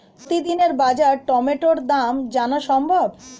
প্রতিদিনের বাজার টমেটোর দাম জানা সম্ভব?